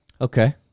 Okay